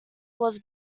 was